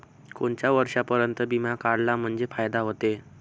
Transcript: कोनच्या वर्षापर्यंत बिमा काढला म्हंजे फायदा व्हते?